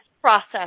process